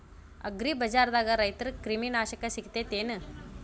ಅಗ್ರಿಬಜಾರ್ದಾಗ ರೈತರ ಕ್ರಿಮಿ ನಾಶಕ ಸಿಗತೇತಿ ಏನ್?